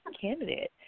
candidate